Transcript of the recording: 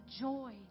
joy